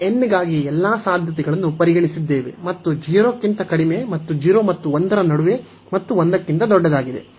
ನಾವು n ಗಾಗಿ ಎಲ್ಲಾ ಸಾಧ್ಯತೆಗಳನ್ನು ಪರಿಗಣಿಸಿದ್ದೇವೆ ಮತ್ತು 0 ಕ್ಕಿಂತ ಕಡಿಮೆ ಮತ್ತು 0 ಮತ್ತು 1 ರ ನಡುವೆ ಮತ್ತು 1 ಕ್ಕಿಂತ ದೊಡ್ಡದಾಗಿದೆ